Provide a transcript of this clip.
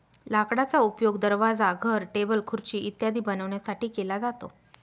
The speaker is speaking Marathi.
लाकडाचा उपयोग दरवाजा, घर, टेबल, खुर्ची इत्यादी बनवण्यासाठी केला जातो